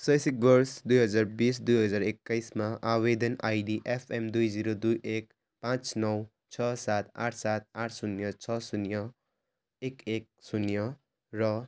शैक्षिक वर्ष दुई हजार बिस दुई हजार एक्काइसमा आवेदन आइडी एफएम दुई जिरो दुई एक पाँच नौ छ सात आठ सात आठ शून्य छ शून्य एक एक शून्य र